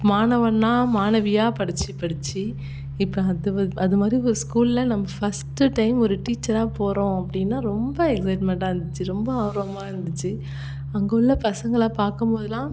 மாணவன்னா மாணவியாக படித்து படித்து இப்போ அது வந் அது மாதிரி ஒரு ஸ்கூல்ல நம்ம ஃபர்ஸ்ட்டு டைம் ஒரு டீச்சராக போகிறோம் அப்படின்னா ரொம்ப எக்சைட்மெண்ட்டாக இருந்துச்சு ரொம்ப ஆர்வமாக இருந்துச்சு அங்கே உள்ள பசங்களை பார்க்கும்மோதுலாம்